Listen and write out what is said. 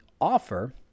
offer